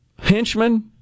henchmen